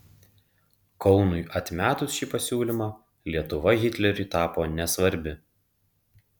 kaunui atmetus šį pasiūlymą lietuva hitleriui tapo nesvarbi